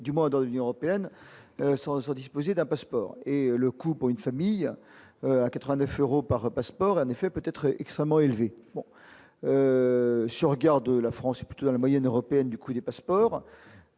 du Mans Adrian européenne sans sans disposer d'un passeport et le coût pour une famille à 89 euros par passeport un effet peut-être extrêmement élevé, bon, si on regarde la France est plutôt dans la moyenne européenne, du coup, des passeports,